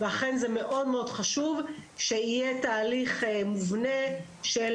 ואכן זה מאוד מאוד חשוב שיהיה תהליך מובנה של